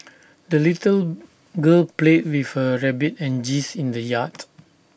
the little girl played with her rabbit and geese in the yard